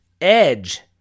Edge